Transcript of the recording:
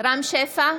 רם שפע,